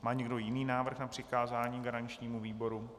Má někdo jiný návrh na přikázání garančnímu výboru?